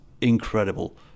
incredible